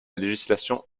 législation